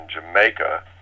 Jamaica